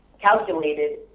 calculated